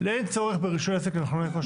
אין צורך ברישוי עסק למכוני כושר.